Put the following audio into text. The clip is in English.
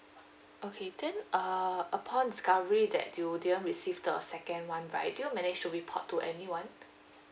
okay then err upon discovery that you didn't receive the second one right did you manage to report to anyone